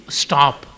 stop